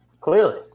Clearly